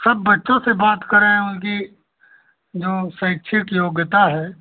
सब बच्चों से बात करें उनकी जो शैक्षिक योग्यता है